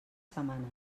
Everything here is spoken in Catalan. setmanes